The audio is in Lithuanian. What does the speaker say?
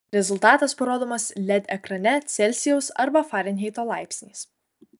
rezultatas parodomas led ekrane celsijaus arba farenheito laipsniais